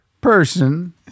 person